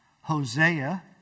Hosea